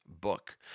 book